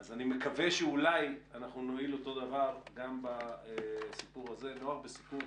אני מקווה שאולי נועיל אותו דבר גם בסיפור הזה של נוער בסיכון.